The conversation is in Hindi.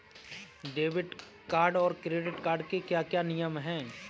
डेबिट कार्ड और क्रेडिट कार्ड के क्या क्या नियम हैं?